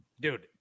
Dude